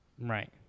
Right